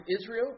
Israel